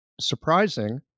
surprising